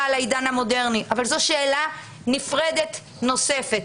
לעידן המודרני אבל זו שאלה נפרדת נוספת.